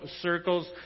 circles